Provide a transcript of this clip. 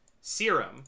serum